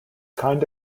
kind